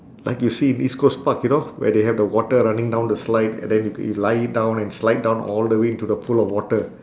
like you see in east coast park you know where they have the water running down the slide and then you lie down and slide down all the way into the pool of water